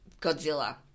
Godzilla